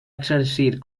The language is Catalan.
exercir